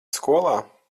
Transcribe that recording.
skolā